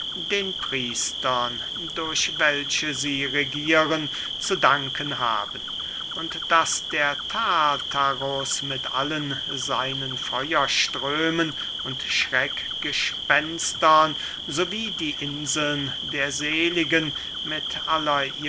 den priestern durch welche sie regieren zu danken haben und daß der tartarus mit allen seinen feuerströmen und schreckgespenstern so wie die inseln der seligen mit